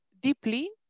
deeply